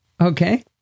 okay